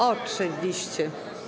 Oczywiście.